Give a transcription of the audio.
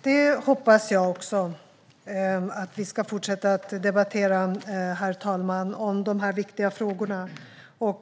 Herr talman! Även jag hoppas att vi ska fortsätta debattera de här viktiga frågorna.